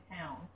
town